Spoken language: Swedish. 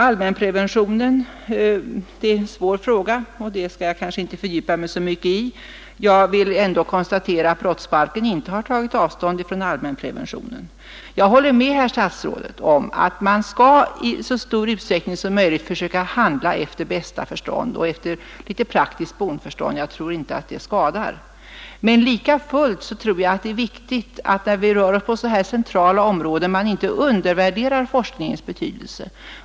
Allmänpreventionen är en svår fråga och den skall jag kanske inte fördjupa mig så mycket i. Jag vill ändå konstatera att brottsbalken inte tagit avstånd från allmänpreventionen. Jag håller med herr statsrådet om att man i så stor utsträckning som möjligt skall försöka handla efter litet praktiskt bondförstånd. Jag tror inte att det skadar. Men lika fullt tror jag att det är viktigt att man inte undervärderar forskningens betydelse när vi rör oss på sådana här centrala områden.